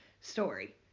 story